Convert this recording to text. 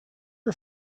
are